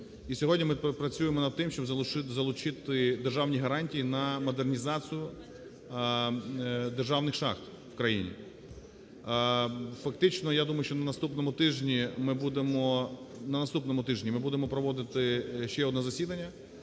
І сьогодні ми працюємо над тим, щоб залучити державні гарантії на модернізацію державних шахт в країні. Фактично, я думаю, що на наступному тижні ми будемо, на наступному